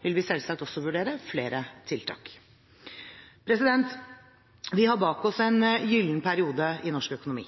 vil vi selvsagt også vurdere flere tiltak. Vi har bak oss en gyllen periode i norsk økonomi.